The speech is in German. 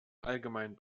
allgemein